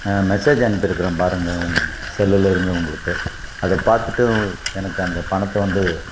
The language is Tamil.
மெசேஜ் அனுப்பியிருக்குறேன் பாருங்கள் செல்லுலருந்து உங்களுக்கு அதை பார்த்துட்டு எனக்கு அந்த பணத்தை வந்து